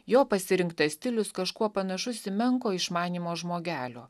jo pasirinktas stilius kažkuo panašus į menko išmanymo žmogelio